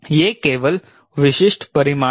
ये केवल विशिष्ट परिमाण हैं